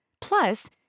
Plus